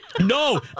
No